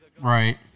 right